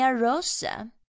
Rosa